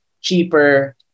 cheaper